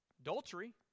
Adultery